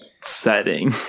setting